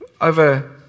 over